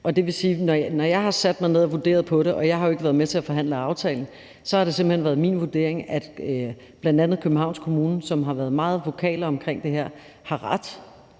det vil sige, at når jeg har sat mig ned og vurderet det – og jeg har jo ikke være med til at forhandle aftalen – så har det simpelt hen været min vurdering, at bl.a. Københavns Kommune, som har været meget vokale omkring det her, har ret.